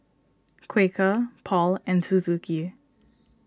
Quaker Paul and Suzuki